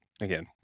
Again